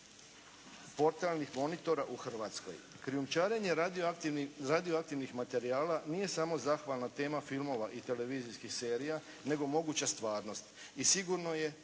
portalnih monitora u Hrvatskoj. Krijumčarenje radioaktivnih materijala nije samo zahvalna tema filmova i televizijskih serija, nego moguća stvarnost i sigurno je